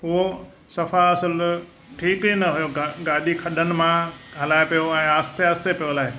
उहो सफ़ा असुल ठीक ही न होयो गाॾी खॾनि मां हलाए पियो ऐं आहिस्ते आहिस्ते पियो हलाए